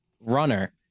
runner